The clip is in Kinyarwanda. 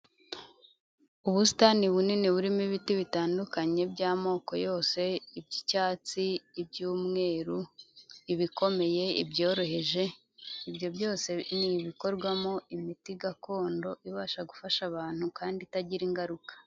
Ubusitani bunini burimo ibiti bitandukanye by'amoko yose, icy'icyatsi, iby'umweru, ibikomeye, ibyoroheje, ibyo byose ni ibikorwamo imiti gakondo ibasha gufasha abantu kandi itagira ingaruka.